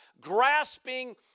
grasping